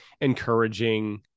encouraging